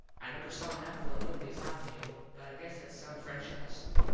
i never saw an apple in nobodys eye, mable, but i guess thats some french custom.